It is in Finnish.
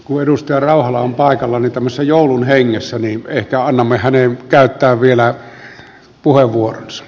kuidusta rauhala on paikalla nikamissa joulun hengessä että annamme hänen kansanedustaja rehula